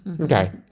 Okay